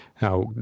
Now